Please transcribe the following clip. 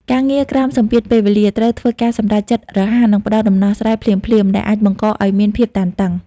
ការងារក្រោមសម្ពាធពេលវេលា ត្រូវធ្វើការសម្រេចចិត្តរហ័ស និងផ្ដល់ដំណោះស្រាយភ្លាមៗ ដែលអាចបង្កឱ្យមានភាពតានតឹង។